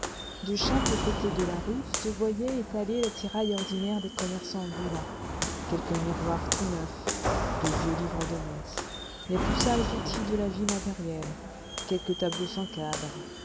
de chaque côté de la rue se voyait étalé l'attirail ordinaire des commerçants ambulants quelques miroirs tout neufs de vieux livres de messe les plus sales outils de la vie matérielle quelques tableaux sans cadres